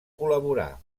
col·laborar